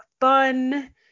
fun